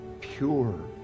pure